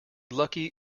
lucky